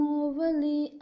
overly